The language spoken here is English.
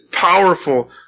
powerful